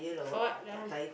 for what that one